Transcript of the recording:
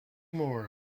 more